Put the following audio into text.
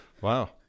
wow